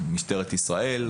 משטרת ישראל,